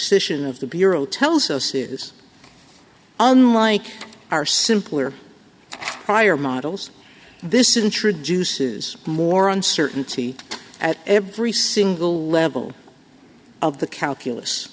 decision of the bureau tells us is unlike our simpler prior models this introduces more uncertainty at every single level of the calculus